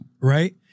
right